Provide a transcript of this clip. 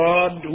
God